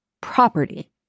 property